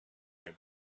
him